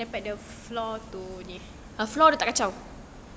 daripada floor to ni